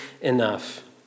enough